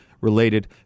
related